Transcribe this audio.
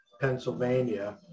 pennsylvania